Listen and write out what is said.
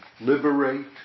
Liberate